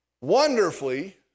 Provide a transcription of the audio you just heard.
wonderfully